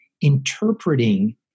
interpreting